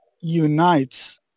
unites